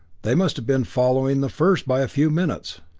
they must have been following the first by a few minutes.